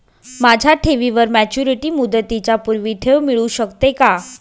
माझ्या ठेवीवर मॅच्युरिटी मुदतीच्या पूर्वी ठेव मिळू शकते का?